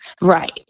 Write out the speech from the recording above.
right